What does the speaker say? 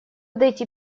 дойти